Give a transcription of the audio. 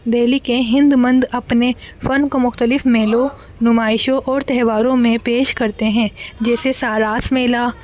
دہلی کے ہند مند اپنے فن کو مختلف میلوں نمائشوں اور تہواروں میں پیش کرتے ہیں جیسے ساراس میلہ